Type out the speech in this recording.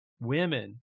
women